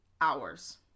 hours